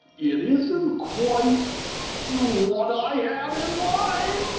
it isn't quite what i had in mind!